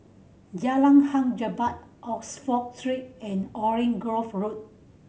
Jalan Hang Jebat Oxford Street and Orange Grove Road